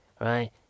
right